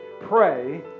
pray